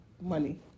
money